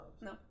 no